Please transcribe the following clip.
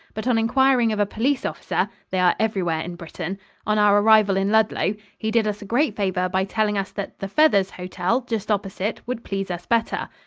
but on inquiring of a police officer they are everywhere in britain on our arrival in ludlow, he did us a great favor by telling us that the feathers hotel just opposite would please us better.